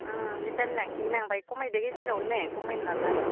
लिटारनै लाबोसिगोन आं बाहाय खमायदो गेजेरावनो ने खमायना लादो